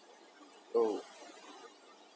oh